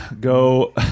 go